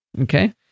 Okay